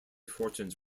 fortunes